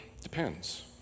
depends